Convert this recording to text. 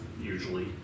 usually